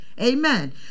Amen